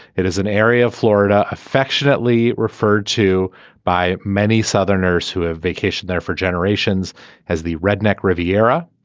it is an area of florida affectionately referred to by many southerners who have vacationed there for generations has the redneck riviera.